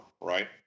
right